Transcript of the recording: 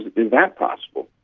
is that possible?